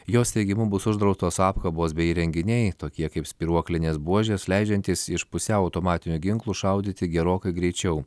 jos teigimu bus uždraustos apkabos bei įrenginiai tokie kaip spyruoklinės buožės leidžiantys iš pusiau automatinių ginklų šaudyti gerokai greičiau